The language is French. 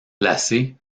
placé